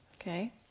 okay